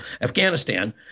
Afghanistan